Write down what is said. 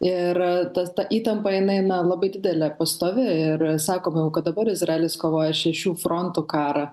ir tas ta įtampa jinai na labai didelė pastovi ir sakoma jau kad dabar izraelis kovoja šešių frontų karą